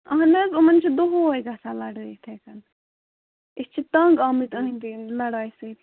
اَہَن حظ یِمَن چھِ دۄہَے گژھان لَڑٲے اِتھَے کٔن أسۍ چھِ تَنٛگ آمٕتۍ أہنٛدِ لڑایہِ سۭتۍ